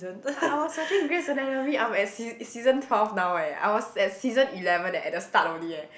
I I was watching Grey's Anatomy I'm at sea season twelve now eh I was at season eleven eh at the start only eh